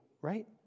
right